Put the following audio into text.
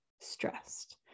stressed